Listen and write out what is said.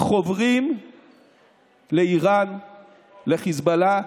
חוברים לאיראן, לחיזבאללה.